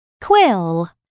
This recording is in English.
quill